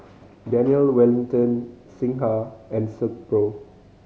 Daniel Wellington Singha and Silkpro